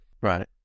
right